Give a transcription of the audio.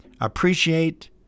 appreciate